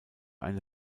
eine